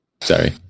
Sorry